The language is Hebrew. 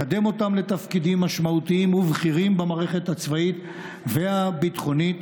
לקדם אותן לתפקידים משמעותיים ובכירים במערכת הצבאית והביטחונית,